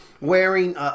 wearing